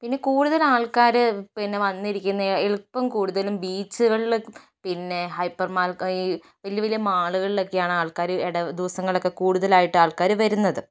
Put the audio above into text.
പിന്നെ കൂടുതലാൾക്കാർ പിന്നെ വന്നിരിക്കുന്നത് എളുപ്പം കൂടുതലും ബീച്ചുകളിൽ പിന്നെ ഹൈപ്പർ മാൾ ഈ വലിയ വലിയ മാളുകളിലൊക്കെയാണ് ആൾക്കാർ ഇട ദിവസങ്ങളിലൊക്കെ കൂടുതലായിട്ട് ആൾക്കാർ വരുന്നത്